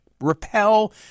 repel